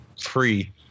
free